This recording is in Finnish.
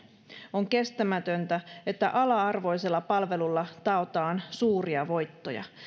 on kestämätöntä että ala arvoisella palvelulla taotaan suuria voittoja